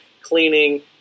cleaning